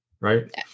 right